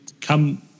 come